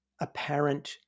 apparent